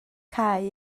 cau